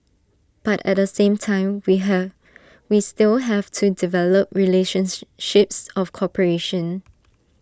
but at the same time we have we still have to develop relationships of cooperation